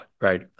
right